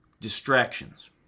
Distractions